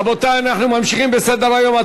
רבותי, אנחנו ממשיכים בסדר-היום.